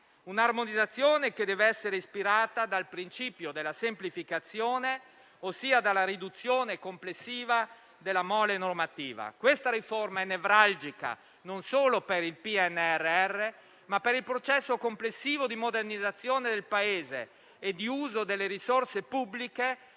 L'armonizzazione dev'essere ispirata al principio della semplificazione, ossia alla riduzione complessiva della mole normativa. Questa riforma è nevralgica non solo per il PNRR, ma per il processo complessivo di modernizzazione del Paese e di uso delle risorse pubbliche